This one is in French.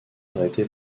arrêté